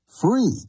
free